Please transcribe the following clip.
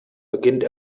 beginnt